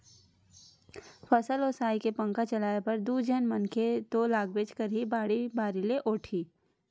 फसल ओसाए के पंखा चलाए बर दू झन मनखे तो लागबेच करही, बाड़ी बारी ले ओटही